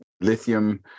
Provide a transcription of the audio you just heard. lithium